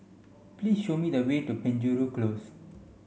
please show me the way to Penjuru Close